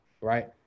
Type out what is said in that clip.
right